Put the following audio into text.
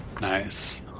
Nice